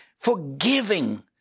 forgiving